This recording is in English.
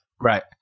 Right